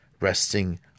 resting